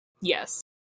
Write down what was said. Yes